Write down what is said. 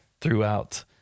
throughout